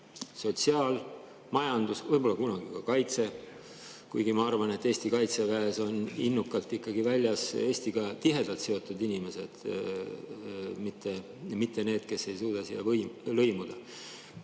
sotsiaal-, majandus-, võib-olla kunagi ka kaitseküsimustele, kuigi ma arvan, et Eesti kaitseväes on innukalt ikkagi Eestiga tihedalt seotud inimesed, mitte need, kes ei suuda siia lõimuda